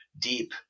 deep